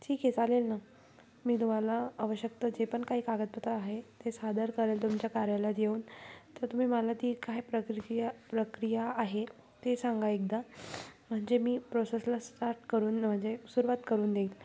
ठीक आहे चालेल ना मी तुम्हाला आवश्यकता जे पण काही कागदपत्र आहे ते सादर करेल तुमच्या कार्यालयात येऊन तर तुम्ही मला ती काय प्रक्रिया प्रक्रिया आहे ते सांगा एकदा म्हणजे मी प्रोसेसला स्टार्ट करून म्हणजे सुरुवात करून देईल